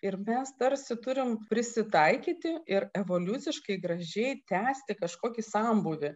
ir mes tarsi turim prisitaikyti ir evoliuciškai gražiai tęsti kažkokį sambūvį